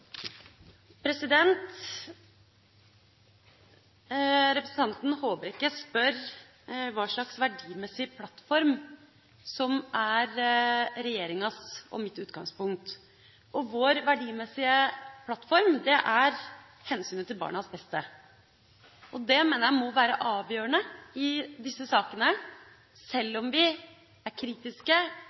Representanten Håbrekke spør hva slags verdimessig plattform som er regjeringas og mitt utgangspunkt. Vår verdimessige plattform er hensynet til barnas beste. Det mener jeg må være avgjørende i disse sakene. Sjøl om vi er kritiske